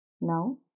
Now